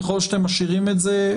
ככל שאתם משאירים את זה,